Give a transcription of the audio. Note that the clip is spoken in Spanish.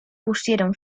pusieron